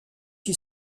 qui